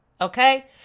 Okay